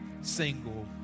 single